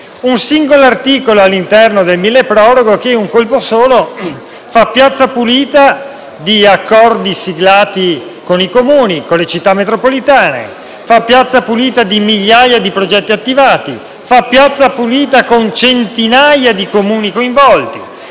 Un singolo articolo all'interno del decreto milleproroghe in un colpo solo ha fatto piazza pulita di accordi siglati con i Comuni e con le Città metropolitane; fa piazza pulita di migliaia di progetti attivati da centinaia di Comuni coinvolti,